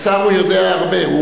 השר יודע הרבה.